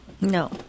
No